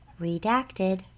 Redacted